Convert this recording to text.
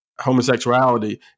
homosexuality